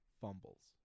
fumbles